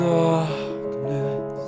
darkness